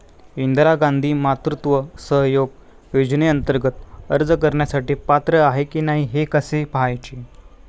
इंदिरा गांधी मातृत्व सहयोग योजनेअंतर्गत अर्ज करण्यासाठी पात्र आहे की नाही हे कसे पाहायचे?